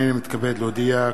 הנני מתכבד להודיע,